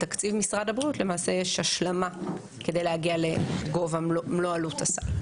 בתקציב משרד הבריאות למעשה יש השלמה כדי להגיע לגובה מלוא עלות הסל.